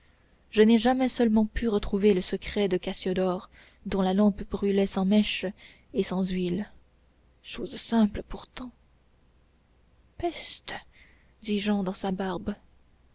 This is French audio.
je n'ai seulement pu retrouver le secret de cassiodore dont la lampe brûlait sans mèche et sans huile chose simple pourtant peste dit jehan dans sa barbe